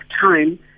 time